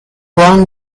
juan